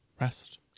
Rest